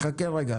חכה רגע.